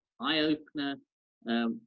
eye-opener